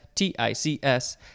T-I-C-S